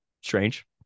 strange